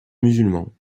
musulmans